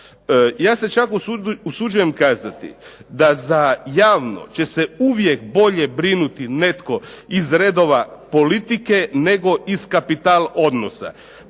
Ja se čak usuđujem kazati da za javno će se uvijek bolje brinuti netko iz redova politike, nego iz kapital odnosa,